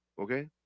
okay